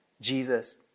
Jesus